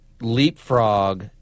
leapfrog